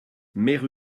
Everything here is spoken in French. mère